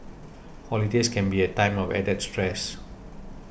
holidays can be a time of added stress